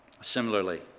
Similarly